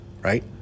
right